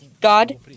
God